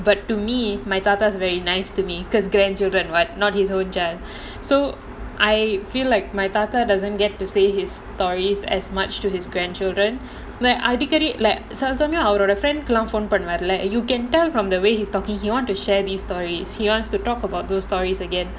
but to me my தாத்தா:thatha is very nice to me because grandchildren what not his own child so I feel like my தாத்தா:thatha doesn't get to say his stories as much to his grandchildren but அடிக்கடி சில சமயம் அவங்க:adikkadi sila samayam avanga you can tell from the way he is talking he wants to share this story he wants to talk about those stories again